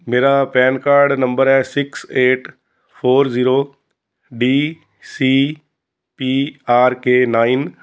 ਮੇਰਾ PAN card number ਹੈ six eight four zero B C P R K nine